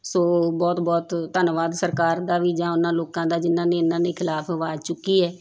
ਸੋ ਬਹੁਤ ਬਹੁਤ ਧੰਨਵਾਦ ਸਰਕਾਰ ਦਾ ਵੀ ਜਾਂ ਉਹਨਾਂ ਲੋਕਾਂ ਦਾ ਜਿਹਨਾਂ ਨੇ ਇਹਨਾਂ ਦੇ ਖਿਲਾਫ ਆਵਾਜ਼ ਚੁੱਕੀ ਹੈ